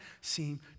seem